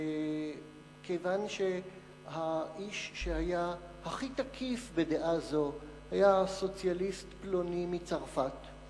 כיוון שהאיש שהיה הכי תקיף בדעה זאת היה סוציאליסט פלוני מצרפת,